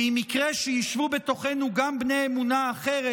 ואם יקרה שישבו בתוכנו גם בני אמונה אחרת,